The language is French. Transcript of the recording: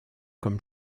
comme